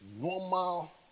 normal